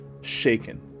shaken